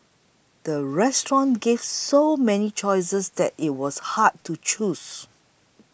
the restaurant gave so many choices that it was hard to choose